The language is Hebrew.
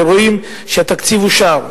ורואים שהתקציב אושר,